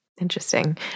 Interesting